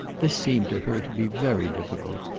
this seemed to her to be very difficult,